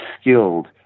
skilled